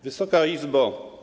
Wysoka Izbo!